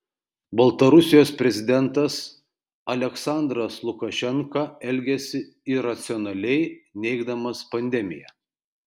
baltarusijos prezidentas aliaksandras lukašenka elgiasi iracionaliai neigdamas pandemiją